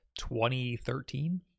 2013